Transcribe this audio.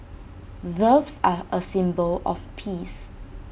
doves are A symbol of peace